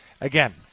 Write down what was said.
again